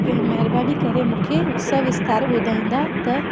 कि महिरबानी करे मूंखे सविस्तार ॿुधाईंदा त